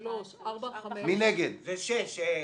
סליחה.